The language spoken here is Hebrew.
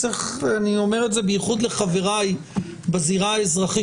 ואני אומר את זה בייחוד לחבריי בזירה האזרחית